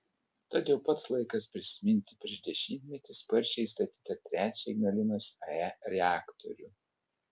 tad jau pats laikas prisiminti prieš dešimtmetį sparčiai statytą trečią ignalinos ae reaktorių